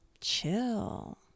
chill